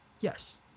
Yes